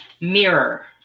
Mirror